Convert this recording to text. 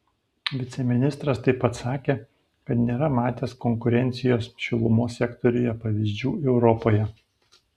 viceministras taip pat sakė kad nėra matęs konkurencijos šilumos sektoriuje pavyzdžių europoje